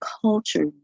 culture